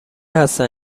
هستن